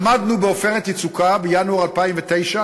למדנו ב"עופרת יצוקה" בינואר 2009,